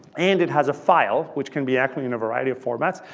and it has a file which can be actually in a variety of formats.